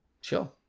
sure